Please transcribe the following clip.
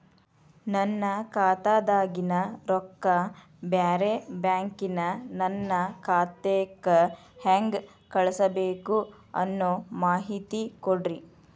ನನ್ನ ಖಾತಾದಾಗಿನ ರೊಕ್ಕ ಬ್ಯಾರೆ ಬ್ಯಾಂಕಿನ ನನ್ನ ಖಾತೆಕ್ಕ ಹೆಂಗ್ ಕಳಸಬೇಕು ಅನ್ನೋ ಮಾಹಿತಿ ಕೊಡ್ರಿ?